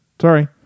Sorry